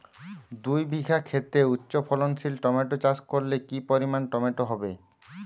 দুই বিঘা খেতে উচ্চফলনশীল টমেটো চাষ করলে কি পরিমাণ টমেটো হবে?